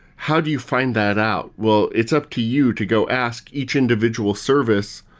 how do you find that out? well, it's up to you to go ask each individual service,